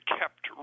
kept